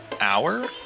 hour